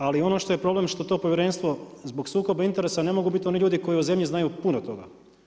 Ali ono što je problem što to povjerenstvo zbog sukoba interesa ne mogu biti oni ljudi koji u zemlji znaju puno toga.